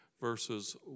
verses